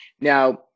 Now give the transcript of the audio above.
Now